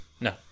No